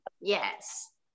Yes